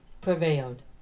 prevailed